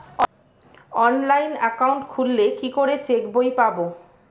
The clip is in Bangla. অনলাইন একাউন্ট খুললে কি করে চেক বই পাব?